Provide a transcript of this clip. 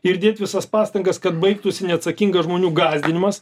ir dėt visas pastangas kad baigtųsi neatsakingas žmonių gąsdinimas